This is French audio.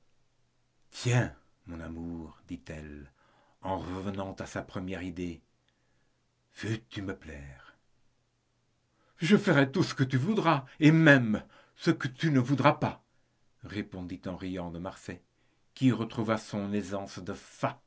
mon amour dit-elle en revenant à sa première idée veux-tu me plaire je ferai tout ce que tu voudras et même ce que tu ne voudras pas répondit en riant de marsay qui retrouva son aisance de